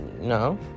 No